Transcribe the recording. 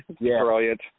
Brilliant